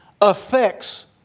affects